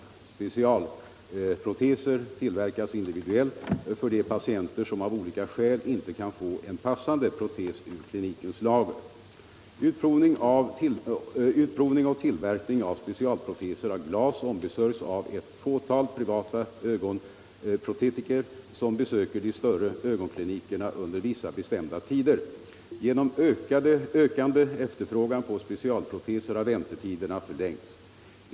Specialproteser tillverkas individuellt för de patienter som av olika skäl inte kan få en passande protes ur klinikens lager. Utprovning och tillverkning av specialproteser av glas ombesörjs av ett fåtal privata ögonprotetiker som besöker de större ögonklinikerna — Nr 73 under vissa bestämda tider. Genom ökande efterfrågan på specialproteser har väntetiderna förlängts.